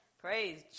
praise